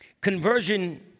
conversion